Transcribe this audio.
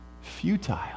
futile